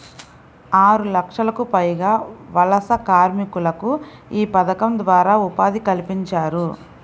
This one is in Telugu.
ఆరులక్షలకు పైగా వలస కార్మికులకు యీ పథకం ద్వారా ఉపాధి కల్పించారు